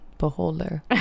beholder